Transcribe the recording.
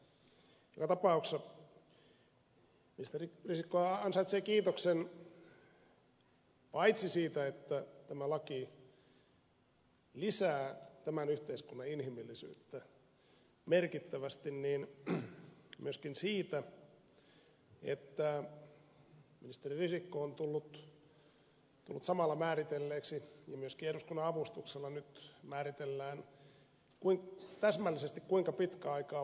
joka tapauksessa ministeri risikkohan ansaitsee kiitoksen paitsi siitä että tämä laki lisää tämän yhteiskunnan inhimillisyyttä merkittävästi niin myöskin siitä että ministeri risikko on tullut samalla määritelleeksi ja myöskin eduskunnan avustuksella nyt määritellään täsmällisesti kuinka pitkä aika on väliaikainen